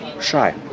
shy